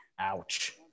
Ouch